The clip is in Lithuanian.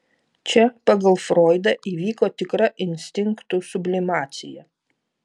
čia pagal froidą įvyko tikra instinktų sublimacija